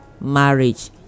marriage